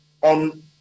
on